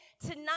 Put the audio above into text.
tonight